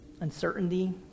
uncertainty